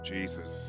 Jesus